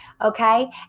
Okay